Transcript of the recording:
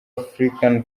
african